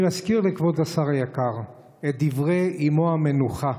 אני מזכיר לכבוד השר היקר את דברי אימו המנוחה,